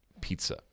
pizza